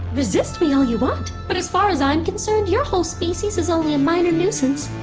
resist me all you want, but as far as i'm concerned your whole species is only a minor nuisance.